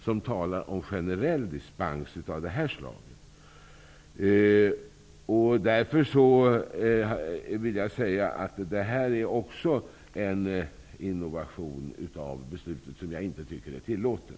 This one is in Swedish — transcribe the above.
Det här är en innovation när det gäller beslutet som jag inte tycker är tillåten.